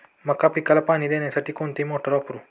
मका पिकाला पाणी देण्यासाठी कोणती मोटार वापरू?